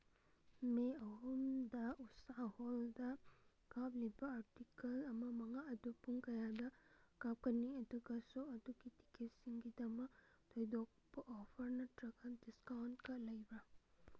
ꯃꯦ ꯑꯍꯨꯝꯗ ꯎꯁꯥ ꯍꯣꯜꯗ ꯀꯥꯞꯂꯤꯕ ꯑꯥꯔꯇꯤꯀꯜ ꯑꯃ ꯃꯉꯥ ꯑꯗꯨ ꯄꯨꯡ ꯀꯌꯥꯗ ꯀꯥꯞꯀꯅꯤ ꯑꯗꯨꯒ ꯁꯣ ꯑꯗꯨꯒꯤ ꯇꯤꯀꯦꯠꯁꯤꯡꯒꯤꯗꯃꯛ ꯊꯣꯏꯗꯣꯛꯄ ꯑꯣꯐꯔ ꯅꯠꯇ꯭ꯔꯒ ꯗꯤꯁꯀꯥꯎꯟꯀ ꯂꯩꯕ꯭ꯔꯥ